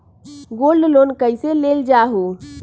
Gold loan कईसे लेल जाहु?